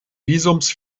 visums